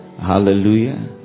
Hallelujah